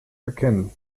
erkennen